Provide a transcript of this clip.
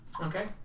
Okay